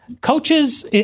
coaches